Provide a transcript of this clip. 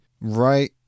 right